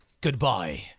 goodbye